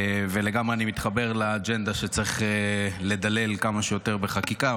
אני מתחבר לגמרי לאג'נדה שצריך לדלל כמה שיותר בחקיקה,